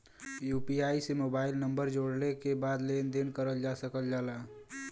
UPI से mobile number जोड़ले के बाद लेन देन करल जा सकल जाला